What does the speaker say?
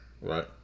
Right